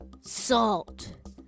salt